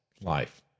life